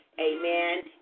amen